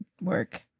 work